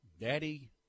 Daddy